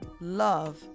Love